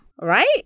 Right